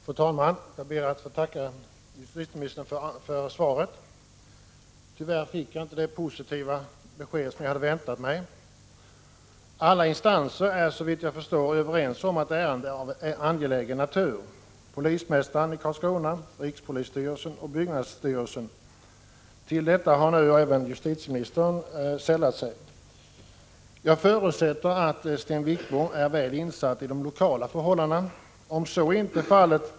Polisen i Malmö har i flera år varit i behov av nya lokaler. De nuvarande är hårt slitna, vilket bl.a. medfört att arrestlokalerna utdömts. Byggnadsstyrelsen har på regeringens uppdrag ansvarat för projektering av en ny förvaltningsbyggnad för polis och allmänt häkte i Malmö.